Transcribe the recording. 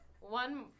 one